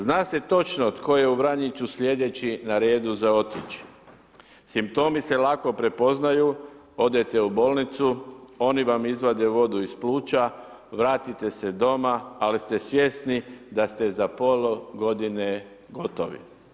Zna se točno tko je u Vranjicu slijedeći na redu za otići, simptomi se lako prepoznaju, odete u bolnicu, oni vam izvade vodu iz pluća, vratite se doma, ali ste svjesni da ste za pola godine gotovi.